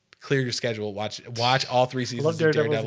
clear your schedule watch watch all three so you know